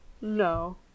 No